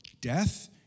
death